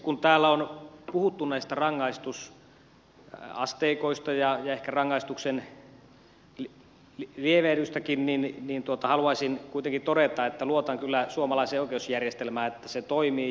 kun täällä on puhuttu näistä rangaistusasteikoista ja ehkä rangaistusten lievyydestäkin niin haluaisin kuitenkin todeta että luotan kyllä suomalaiseen oikeusjärjestelmään että se toimii